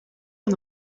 van